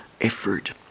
effort